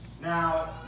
Now